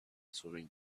swimming